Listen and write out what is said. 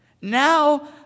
Now